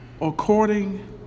according